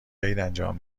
انجام